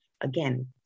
Again